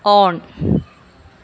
on